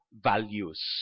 values